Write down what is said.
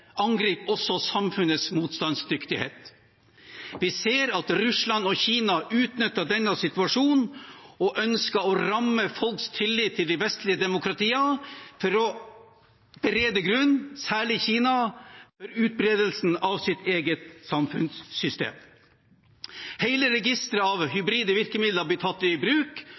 angriper også samfunnets motstandsdyktighet. Vi ser at Russland og Kina utnytter denne situasjonen og ønsker å ramme folks tillit til de vestlige demokratiene for å berede grunnen – særlig Kina – for utbredelsen av sitt eget samfunnssystem. Hele registeret av hybride virkemidler blir tatt i bruk,